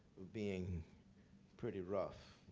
being pretty rough.